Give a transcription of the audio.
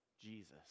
Jesus